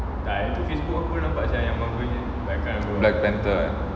black panther eh